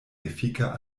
efika